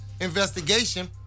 investigation